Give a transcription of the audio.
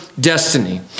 destiny